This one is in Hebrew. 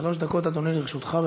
שלוש דקות, אדוני, לרשותך.